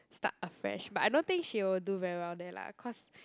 start afresh but I don't think she will do very well there lah cause